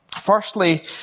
Firstly